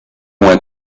went